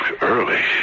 Early